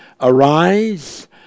arise